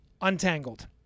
untangled